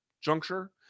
juncture